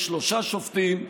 יש שלושה שופטים,